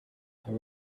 her